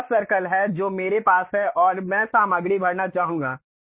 यह वह सर्किल है जो मेरे पास है और मैं सामग्री भरना चाहूंगा